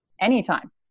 anytime